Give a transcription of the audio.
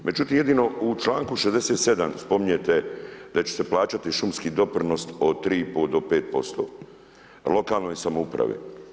Međutim, jedino u članku 67. spominjete da će se plaćati šumski doprinos od 3,5 do 5% lokalnoj samoupravi.